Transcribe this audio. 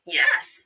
yes